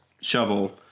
Shovel